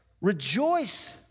rejoice